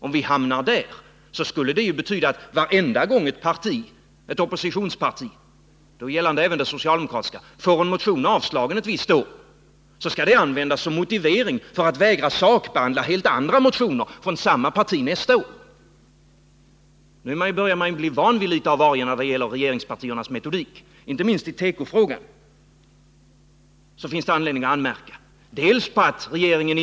Om man fortsätter på det viset betyder det att varje gång ett oppositionsparti — och det gäller även det socialdemokratiska partiet — får en motion avslagen ett visst år, så används det som motivering för att vägra sakbehandla helt andra motioner från samma parti nästa år. Man börjar nu bli van vid regeringspartiernas metodik. Inte minst när det gäller behandlingen av tekoindustrins problem finns det anledning till anmärkningar.